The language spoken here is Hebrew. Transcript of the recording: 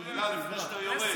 שאלה לפני שאתה יורד.